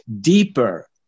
deeper